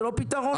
זה לא פתרון בכלל.